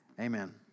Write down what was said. amen